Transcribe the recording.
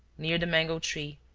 near the mango-tree,